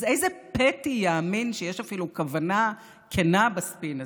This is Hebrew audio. אז איזה פתי יאמין שיש אפילו כוונה כנה בספין הזה?